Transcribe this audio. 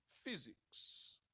physics